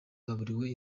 baburiwe